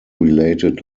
related